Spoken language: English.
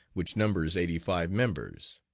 which numbers eighty five members.